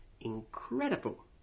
incredible